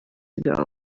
ago